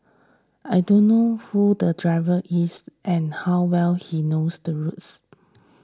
I don't know who the driver is and how well he knows the roads